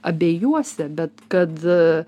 abejuose bet kad